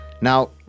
Now